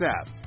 app